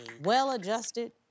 well-adjusted